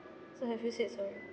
so have you said sorry